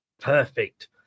Perfect